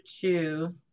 two